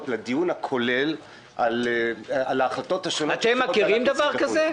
לגבי הדיון הכולל על ההחלטות השונות --- אתם מכירים דבר כזה?